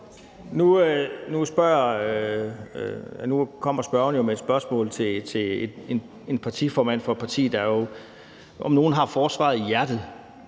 Nu kommer spørgeren jo med et spørgsmål til en partiformand for et parti, der om noget har forsvaret i hjertet.